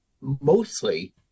mostly